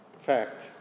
fact